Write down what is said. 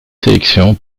sélection